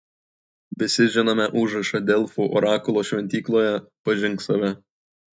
visi žinome užrašą delfų orakulo šventykloje pažink save